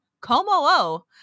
Como-O